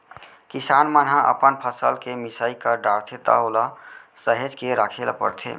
किसान मन ह अपन फसल के मिसाई कर डारथे त ओला सहेज के राखे ल परथे